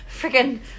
freaking